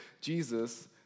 Jesus